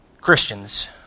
christians